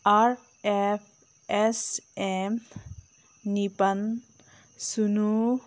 R F S M Nepal ꯁꯤꯅꯣ